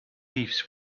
leaves